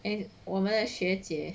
诶我们的学姐